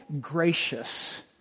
gracious